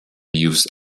used